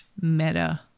meta